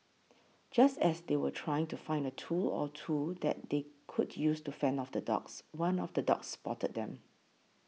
just as they were trying to find a tool or two that they could use to fend off the dogs one of the dogs spotted them